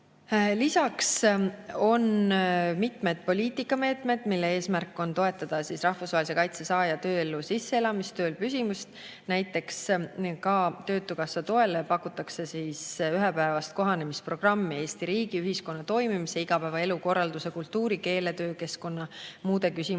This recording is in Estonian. Lisaks on mitmed poliitikameetmed, mille eesmärk on toetada rahvusvahelise kaitse saaja tööellu sisseelamist, tööl püsimist. Näiteks ka töötukassa toel pakutakse ühepäevast kohanemisprogrammi, mis hõlmab Eesti riigi ja ühiskonna toimimist, igapäevaelu korraldust, kultuuri, keelt, töökeskkonda ja muud. Samuti